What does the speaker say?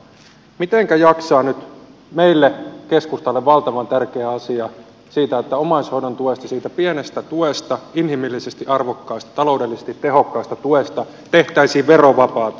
mitenkä jaksaa nyt meille keskustalle se valtavan tärkeä asia että omaishoidon tuesta siitä pienestä tuesta inhimillisesti arvokkaasta taloudellisesti tehokkaasta tuesta tehtäisiin verovapaata